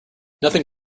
nothing